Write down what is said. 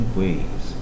ways